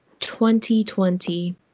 2020